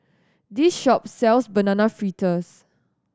this shop sells Banana Fritters